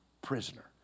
prisoner